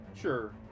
Sure